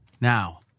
Now